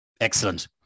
Excellent